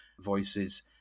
voices